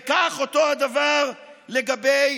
וכך אותו הדבר לגבי